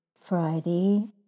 Friday